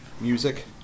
music